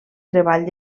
treball